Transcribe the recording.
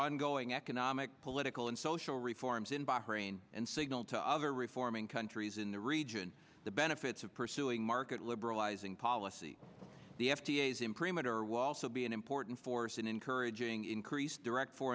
ongoing economic political and social reforms in bahrain and signal to other reforming countries in the region the benefits of pursuing market liberalizing policy the f d a is imprimatur will also be an important force in encouraging increased direct for